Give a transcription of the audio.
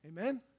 Amen